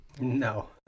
No